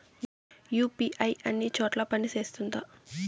UPI అన్ని చోట్ల పని సేస్తుందా?